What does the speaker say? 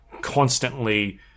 constantly